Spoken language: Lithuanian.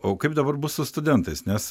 o kaip dabar bus su studentais nes